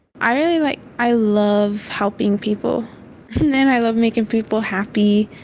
i really like i love helping people then i love making people happy.